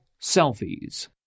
selfies